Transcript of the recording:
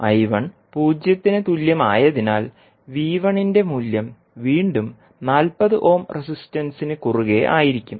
I1 0ന് തുല്യമായതിനാൽ V1ന്റെ മൂല്യം വീണ്ടും 40 ഓം റെസിസ്റ്റൻസിന് കുറുകെ ആയിരിക്കും